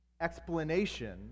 explanation